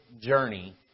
journey